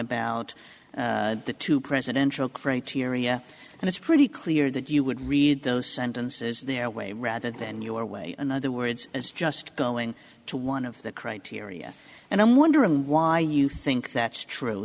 about the two presidential criteria and it's pretty clear that you would read those sentences the away rather than your way in other words as just going to one of the criteria and i'm wondering why you think that's true